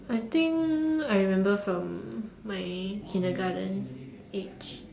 I think I remember from my kindergarten age